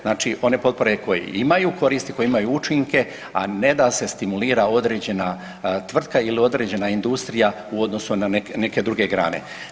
Znači, one potpore koje imaju koristi, koje imaju učinke, a ne da se stimulira određena tvrtka ili određena industrija u odnosu na neke druge grane.